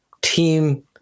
team